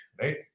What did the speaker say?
right